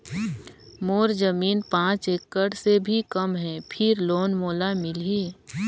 मोर जमीन पांच एकड़ से भी कम है फिर लोन मोला मिलही?